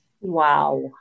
Wow